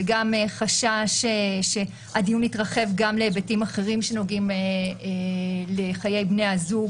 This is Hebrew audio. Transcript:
וגם חשש שהדיון מתרחב להיבטים אחרים שנוגעים לחיי בני הזוג